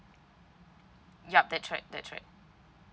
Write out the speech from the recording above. yup that's right that's right